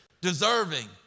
deserving